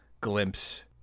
glimpse